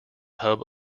hub